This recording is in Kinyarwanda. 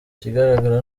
ikigaragara